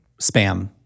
spam